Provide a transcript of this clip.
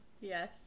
yes